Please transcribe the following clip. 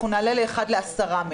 אנחנו נעלה לאחד לעשרה מ'.